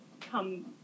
come